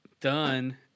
done